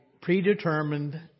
predetermined